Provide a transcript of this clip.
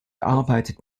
arbeitet